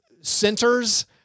centers